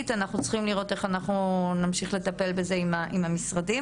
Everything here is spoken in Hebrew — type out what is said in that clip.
ואנחנו צריכים לראות איך אנחנו נמשיך לטפל בזה עם המשרדים.